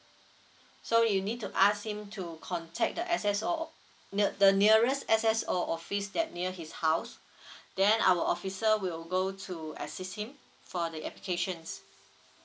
so you need to ask him to contact the S_S_O o~ the the nearest S_S_O office that near his house then our officer will go to assist him for the applications